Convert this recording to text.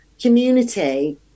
community